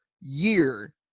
year